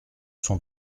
son